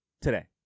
today